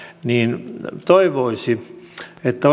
niin toivoisi että